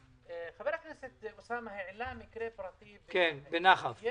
חבר הכנסת אוסאמה סעדי העלה מקרה פרטי בנחף.